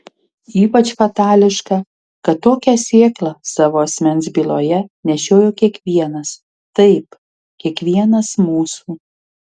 ypač fatališka kad tokią sėklą savo asmens byloje nešiojo kiekvienas taip kiekvienas mūsų